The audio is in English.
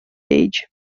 age